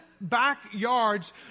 backyards